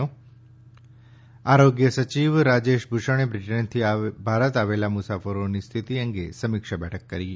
ૈ આરોગ્ય સચિવ રાજેશ ભૂષણે બ્રિટનથી ભારત આવેલા મુસાફરોની સ્થિતિ અંગે સમીક્ષા બેઠક કરી હતી